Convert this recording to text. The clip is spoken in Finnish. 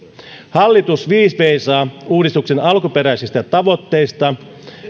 hallitus viis veisaa uudistuksen alkuperäisistä tavoitteista